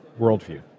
worldview